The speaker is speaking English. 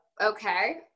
okay